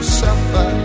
suffer